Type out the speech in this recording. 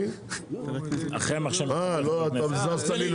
אה, זזת לי.